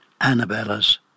Annabella's